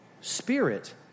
Spirit